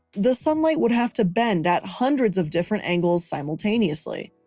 the sunlight would have to bend at hundreds of different angles simultaneously.